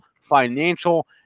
Financial